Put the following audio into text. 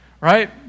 right